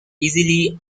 easily